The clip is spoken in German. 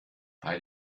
bei